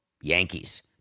Yankees